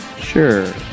Sure